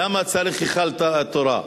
למה צריך היכל התורה.